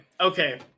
okay